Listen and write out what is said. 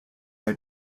are